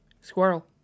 squirrel